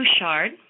Bouchard